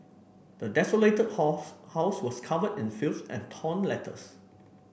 the desolated house house was covered in filth and torn letters